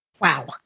Wow